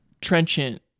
Trenchant